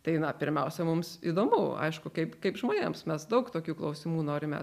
tai na pirmiausia mums įdomu aišku kaip kaip žmonėms mes daug tokių klausimų norime